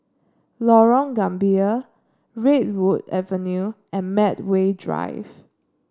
Lorong Gambir Redwood Avenue and Medway Drive